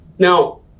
Now